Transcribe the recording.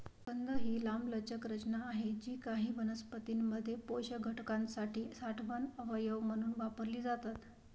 कंद ही लांबलचक रचना आहेत जी काही वनस्पतीं मध्ये पोषक घटकांसाठी साठवण अवयव म्हणून वापरली जातात